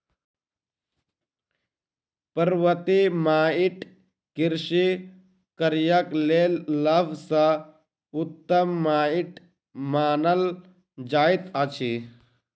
पर्वतीय माइट कृषि कार्यक लेल सभ सॅ उत्तम माइट मानल जाइत अछि